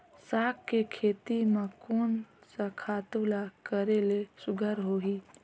साग के खेती म कोन स खातु ल करेले सुघ्घर होही?